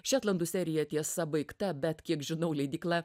šetlandų serija tiesa baigta bet kiek žinau leidykla